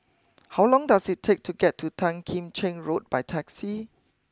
how long does it take to get to Tan Kim Cheng Road by taxi